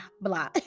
blah